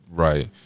Right